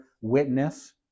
witness